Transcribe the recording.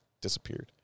disappeared